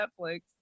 Netflix